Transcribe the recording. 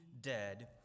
dead